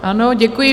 Ano, děkuji.